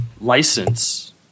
license